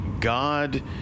God